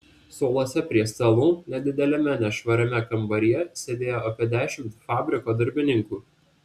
suoluose prie stalų nedideliame nešvariame kambaryje sėdėjo apie dešimt fabriko darbininkų